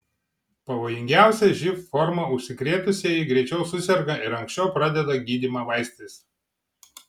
pavojingiausia živ forma užsikrėtusieji greičiau suserga ir anksčiau pradeda gydymą vaistais